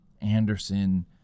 Anderson